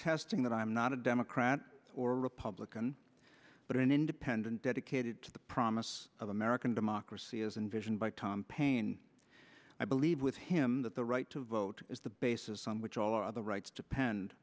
testing that i'm not a democrat or republican but an independent dedicated to the promise of american democracy is an vision by tom paine i believe with him that the right to vote is the basis on which all other rights depend